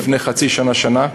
לפני חצי שנה ושנה.